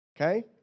okay